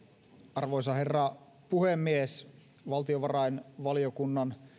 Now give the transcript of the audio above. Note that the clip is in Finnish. arvoisa herra puhemies valtiovarainvaliokunnan